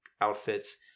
outfits